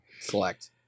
select